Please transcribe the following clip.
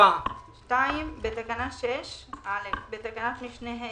"(2)בתקנה 6- (א)בתקנת משנה (ה),